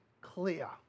clear